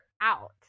out